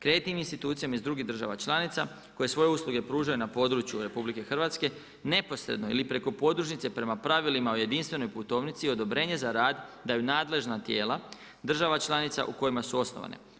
Kreditnim institucijama iz drugih država članica, koje svoje usluge pružaju na području RH, neposredno ili preko podružnice prema pravilima o jedinstvenoj putovnici, odobrenja za rad da nadležna tijela država članica u kojima su osnovane.